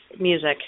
music